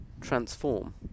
transform